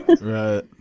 Right